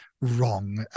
wrong